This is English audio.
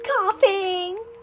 coughing